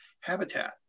habitat